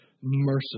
merciful